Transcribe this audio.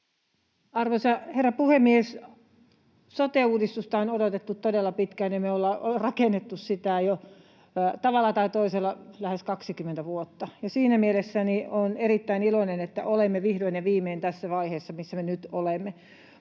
Arvoisa herra puhemies! Sote-uudistusta on odotettu todella pitkään, ja me ollaan rakennettu sitä jo tavalla tai toisella lähes 20 vuotta. Siinä mielessä olen erittäin iloinen, että olemme vihdoin ja viimein tässä vaiheessa, missä me nyt olemme,